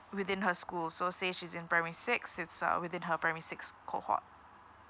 within her school so say she's in primary six it's uh within her primary six cohort